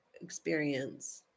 experience